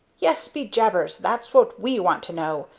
yes, be jabers! that's what we want to know.